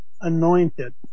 anointed